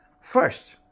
First